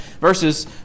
verses